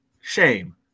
shame